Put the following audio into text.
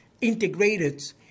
integrated